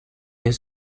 has